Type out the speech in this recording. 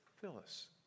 Phyllis